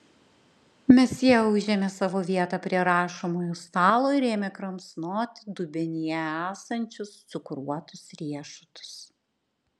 mesjė užėmė savo vietą prie rašomojo stalo ir ėmė kramsnoti dubenyje esančius cukruotus riešutus